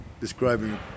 describing